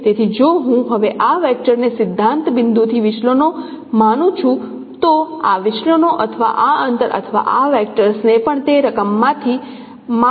તેથી જો હું હવે આ વેક્ટરને સિદ્ધાંત બિંદુથી વિચલનો માનું છું તો આ વિચલનો અથવા આ અંતર અથવા આ વેક્ટર્સને પણ તે જ રકમ માથી માપવા જોઈએ